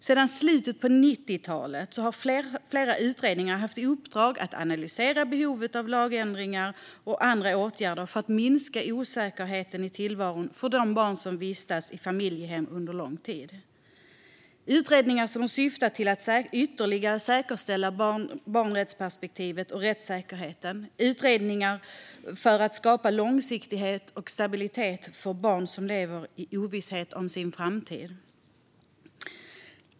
Sedan slutet av 90-talet har flera utredningar haft i uppdrag att analysera behovet av lagändringar och andra åtgärder för att minska osäkerheten i tillvaron för de barn som vistas i familjehem under lång tid. Det är utredningar som har syftat till att ytterligare säkerställa barnrättsperspektivet och rättssäkerheten och till att skapa långsiktighet och stabilitet för barn som lever i ovisshet om sin framtid.